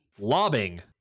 lobbing